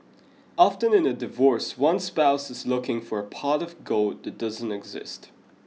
often in a divorce one spouse is looking for a pot of gold that doesn't exist